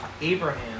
Abraham